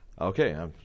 Okay